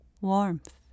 warmth